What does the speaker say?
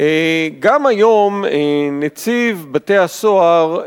גם היום נציב בתי-הסוהר,